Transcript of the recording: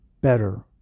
better